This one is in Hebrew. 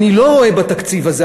אני לא רואה בתקציב הזה,